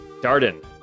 darden